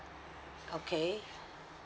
okay